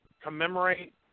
commemorate